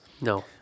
No